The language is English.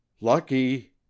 Lucky